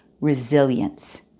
resilience